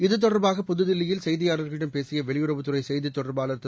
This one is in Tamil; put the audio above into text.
இது தொடர்பாக புதுதில்லியில் செய்தியாளர்களிடம் பேசிய வெளியுறவுத் துறை செய்தித் தொடர்பாளர் திரு